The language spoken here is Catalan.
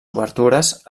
obertures